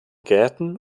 gärten